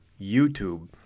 YouTube